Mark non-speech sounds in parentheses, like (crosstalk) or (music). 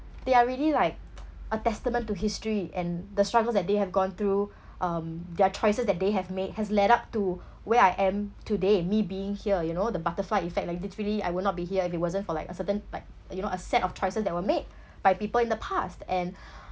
they are really like (noise) a testament to history and the struggles that they have gone through um their choices that they have made has led up to where I am today me being here you know the butterfly effect like literally I will not be here if it wasn't for like a certain like you know a set of choices that were made by people in the past and